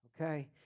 Okay